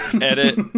edit